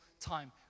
time